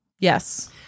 Yes